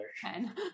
Ten